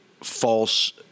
false